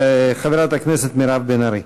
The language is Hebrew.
חברת הכנסת מירב בן ארי.